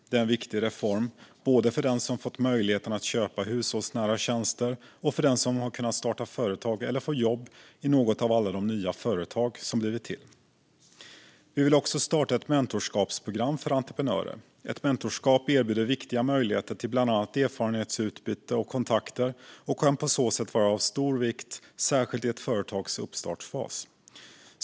Det är en viktig reform, både för den som fått möjligheten att köpa hushållsnära tjänster och för den som har kunnat starta företag eller få jobb i något av alla de nya företag som blivit till. Vi vill också starta ett mentorskapsprogram för entreprenörer. Ett mentorskap erbjuder viktiga möjligheter till bland annat erfarenhetsutbyte och kontakter och kan på så sätt vara av stor vikt, särskilt i ett företags uppstartsfas.